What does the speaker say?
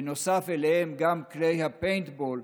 ונוסף עליהם כלי הפיינטבול,